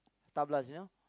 tablas you know